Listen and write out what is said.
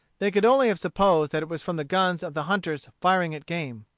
they could only have supposed that it was from the guns of the hunters firing at game.